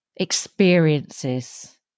Experiences